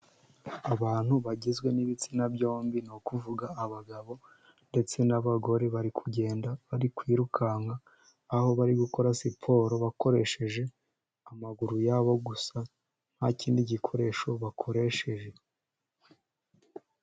Abantu bagizwe n'ibitsina byombi, ni ukuvuga abagabo ndetse n'abagore, bari kugenda, bari kwirukanka aho bari gukora siporo bakoresheje amaguru ya bo gusa, nta kindi gikoresho bakoresheje.